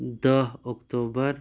دہ اکتُوبَر